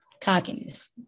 cockiness